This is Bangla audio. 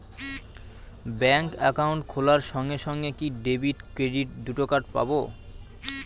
ব্যাংক অ্যাকাউন্ট খোলার সঙ্গে সঙ্গে কি ডেবিট ক্রেডিট দুটো কার্ড পাবো?